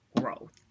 growth